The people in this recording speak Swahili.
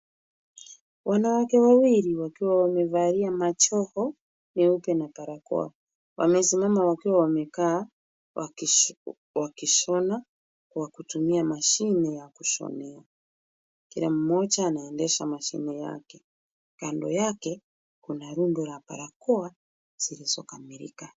Wanawake wawili wakiwa wamevalia majoho meupe na barakoa. Wamesimama wakiwa wamekaa wakishona kwa kutumia mashine ya kushonea. Kila mmoja anaendesha mashine yake. Kando yake, kuna rundo la barakoa zilizokamilika.